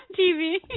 TV